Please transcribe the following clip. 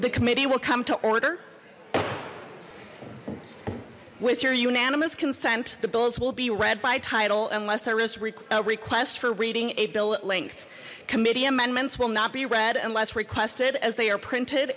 the committee will come to order with your unanimous consent the bills will be read by title unless there is a request for reading a bill at length committee amendments will not be read unless requested as they are printed